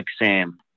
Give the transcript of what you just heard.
exam